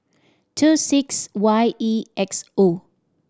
two six Y E X O